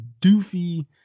doofy